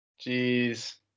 Jeez